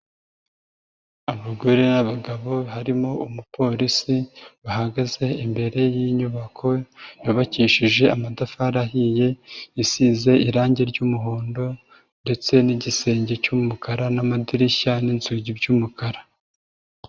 Abagore, abagabo harimo umupolisi bahagaze imbere y'inyubako yubakishije amatafari ahiye isize irange ry'umuhondo ndetse n'igisenge cy'umukara n'amadirishya n'inzugi by'umukara.